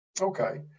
Okay